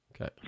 Okay